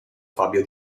fabio